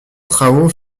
travaux